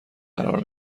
قرار